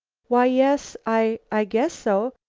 why, yes i i guess so.